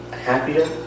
happier